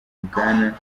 bwana